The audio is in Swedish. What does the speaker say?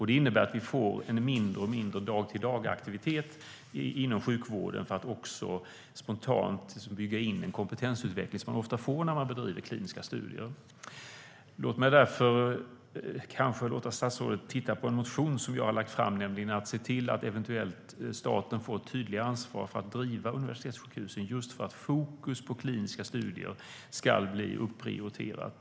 Det innebär att vi får mindre och mindre dag-till-dag-aktivitet inom sjukvården som gör att det spontant byggs in en kompetensutveckling, som man ofta får när man bedriver kliniska studier. Därför kanske statsrådet kan titta på en motion som jag har väckt. Den handlar om att eventuellt se till att staten får ett tydligare ansvar för att driva universitetssjukhusen, just för att fokus på kliniska studier ska bli prioriterat.